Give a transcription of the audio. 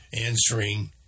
Answering